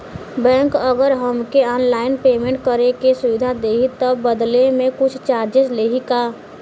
Bank अगर हमके online payment करे के सुविधा देही त बदले में कुछ चार्जेस लेही का?